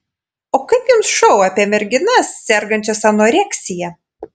o kaip jums šou apie merginas sergančias anoreksija